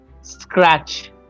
scratch